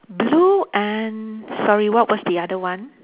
blue and sorry what was the other one